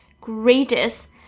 greatest